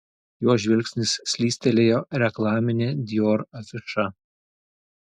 jo žvilgsnis slystelėjo reklamine dior afiša